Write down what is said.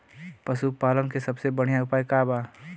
पशु पालन के सबसे बढ़ियां उपाय का बा?